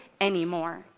anymore